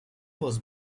was